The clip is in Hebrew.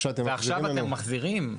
ועכשיו אתם מחזירים?